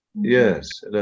yes